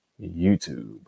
YouTube